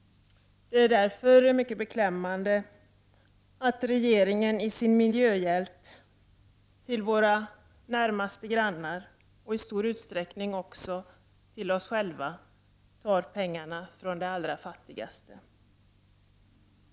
Det är därför mycket beklämmande att regeringen i sin miljöhjälp till våra 117 närmaste grannar och i stor utsträckning också till oss själva tar pengarna från de allra fattigaste.